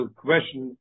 question